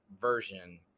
version